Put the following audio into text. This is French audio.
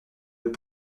peut